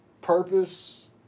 purpose